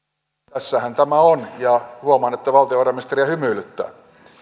tässähän tämä on ja huomaan että valtiovarainministeriä hymyilyttää